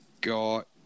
got